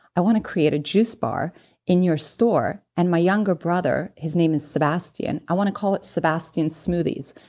i want to create a juice bar in your store, and my younger brother his name is sebastian, i want to call it sebastian smoothies.